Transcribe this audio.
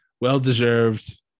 well-deserved